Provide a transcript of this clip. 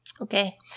Okay